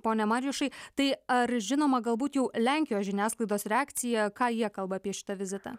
ponia marijušai tai ar žinoma galbūt jau lenkijos žiniasklaidos reakcija ką jie kalba apie šitą vizitą